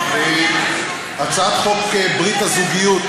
הצעת חוק ברית הזוגיות,